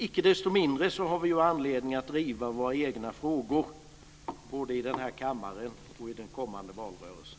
Icke desto mindre har vi ju anledning att driva våra egna frågor, både i den här kammaren och i den kommande valrörelsen.